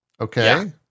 Okay